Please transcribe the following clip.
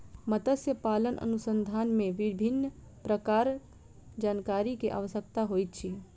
मत्स्य पालन अनुसंधान मे विभिन्न प्रकारक जानकारी के आवश्यकता होइत अछि